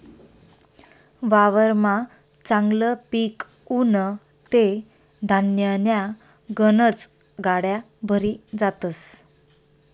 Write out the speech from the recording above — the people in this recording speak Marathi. वावरमा चांगलं पिक उनं ते धान्यन्या गनज गाड्या भरी जातस